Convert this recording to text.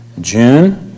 June